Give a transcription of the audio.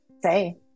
say